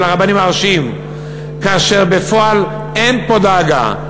הרבנים הראשיים כאשר בפועל אין פה דאגה,